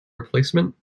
replacement